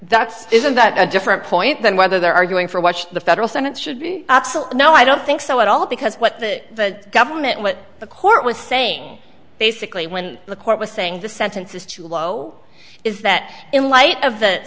that's isn't that a different point than whether they're arguing for watched the federal sentence should be absolute no i don't think so at all because what the government what the court was saying basically when the court was saying the sentence is too low is that in light of the